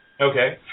Okay